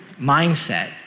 mindset